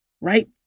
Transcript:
right